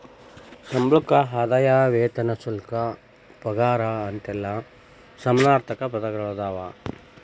ಸಂಬಳಕ್ಕ ಆದಾಯ ವೇತನ ಶುಲ್ಕ ಪಗಾರ ಅಂತೆಲ್ಲಾ ಸಮಾನಾರ್ಥಕ ಪದಗಳದಾವ